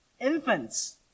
infants